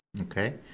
Okay